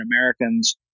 Americans